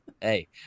Hey